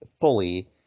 fully